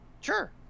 Sure